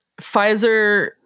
Pfizer